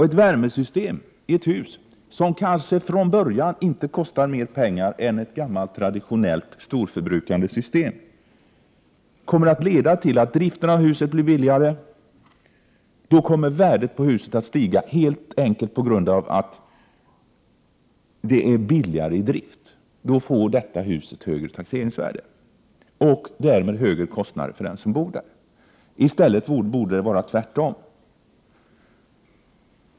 Ett värmesystem som kanske från början inte kostar mer pengar än ett traditionellt storförbrukningssystem kommer att leda till att driften av huset blir billigare. Värdet på huset kommer då att stiga på grund av att huset blir billigare i drift. Huset får då ett högre taxeringsvärde, och det blir därmed högre kostnader för den som bor där. I stället borde det vara tvärtom.